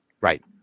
Right